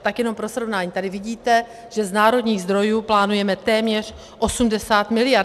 Tak jenom pro srovnání, tady vidíte, že z národních zdrojů plánujeme téměř 80 miliard.